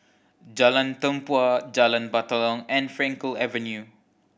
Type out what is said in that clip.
Jalan Tempua Jalan Batalong and Frankel Avenue